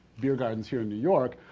beer gardens here in new york,